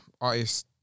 artists